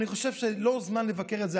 אני חושב שזה לא הזמן לבקר את זה.